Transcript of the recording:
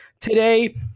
today